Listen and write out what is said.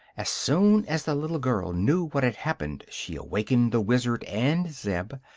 as soon as the little girl knew what had happened she awakened the wizard and zeb,